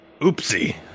oopsie